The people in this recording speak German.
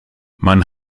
man